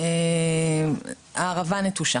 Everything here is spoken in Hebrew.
הערבה נטושה.